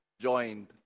joined